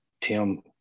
Tim